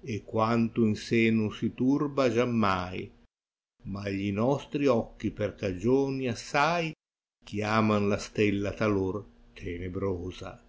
e quanto in sé non si turba giammai ma gli nostri occhi per cagioni assai chiama n la stella talor tenebrosa